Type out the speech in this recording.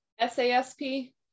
sasp